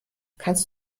kannst